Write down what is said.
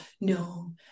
no